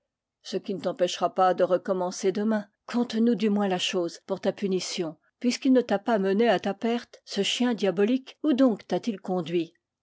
ce qui ne t'empêchera pas de recommencer demain conte-nous du moins la chose pour ta punition puisqu'il ne t'a pas mené à ta perte ce chien diabolique où donc tat il conduit